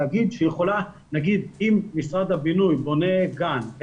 נגיד אם משרד הבינוי בונה גן,